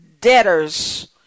debtors